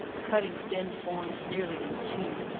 cutting thin forms nearly in two,